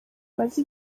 maze